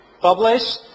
publish